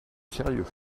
sérieux